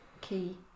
key